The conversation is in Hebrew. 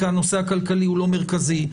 כי הנושא הכלכלי הוא לא מרכזי,